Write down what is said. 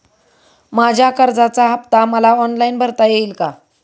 माझ्या कर्जाचा हफ्ता मला ऑनलाईन भरता येईल का?